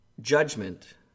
judgment